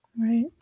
Right